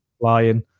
flying